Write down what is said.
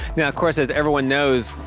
yeah course, as everyone knows,